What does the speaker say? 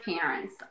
parents